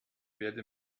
werde